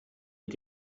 mit